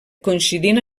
coincidint